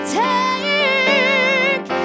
take